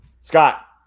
scott